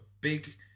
big